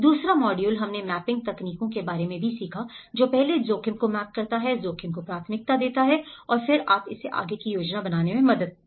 दूसरा मॉड्यूल हमने मैपिंग तकनीकों के बारे में भी सीखा जो पहले जोखिम को मैप करता है जोखिम को प्राथमिकता देता है और फिर आप इसे आगे की योजना बनाने में मदद करेंगे